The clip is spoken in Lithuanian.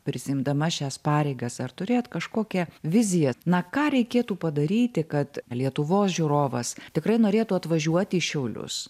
prisiimdama šias pareigas ar turėjot kažkokią viziją na ką reikėtų padaryti kad lietuvos žiūrovas tikrai norėtų atvažiuoti į šiaulius